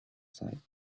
site